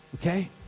okay